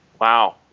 Wow